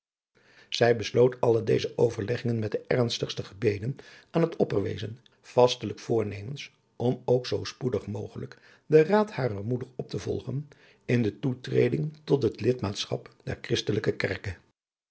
zij besloot alle deze overleggingen met de ernstigste gebeden aan het opperwezen vastelijk voornemens om ook zoo spoedig mogelijk den raad harer moeder op te volgen in de toetreding tot het lidmaatschap der christelijke kerke